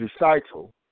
recital